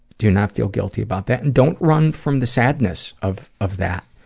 do not feel guilty about that. and don't run from the sadness of of that,